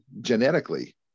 genetically